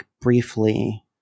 briefly